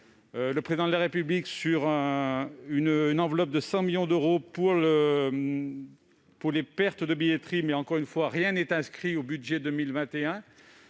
Le Président de la République a donc annoncé une enveloppe de 100 millions d'euros pour compenser les pertes de billetterie, mais, encore une fois, rien n'est inscrit au budget 2021.